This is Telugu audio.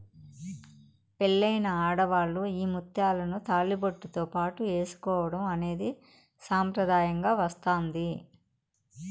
పెళ్ళైన ఆడవాళ్ళు ఈ ముత్యాలను తాళిబొట్టుతో పాటు ఏసుకోవడం అనేది సాంప్రదాయంగా వస్తాంది